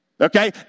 Okay